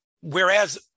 Whereas